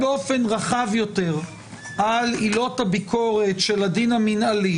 ההבחנה בין האי סבירות המהותית לבין התהליך